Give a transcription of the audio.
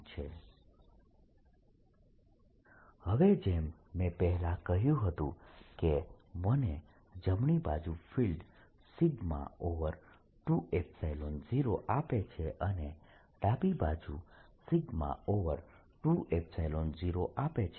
Eoutside 14π0qr2d2dr2d214π0qdr2d232 હવે જેમ મેં પહેલા કહ્યું હતું કે આ મને જમણી બાજુ ફિલ્ડ 20 આપે છે અને ડાબી બાજુ 20 આપે છે